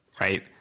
right